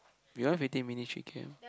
you run fifteen minutes three k_m